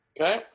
Okay